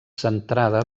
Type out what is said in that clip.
centrada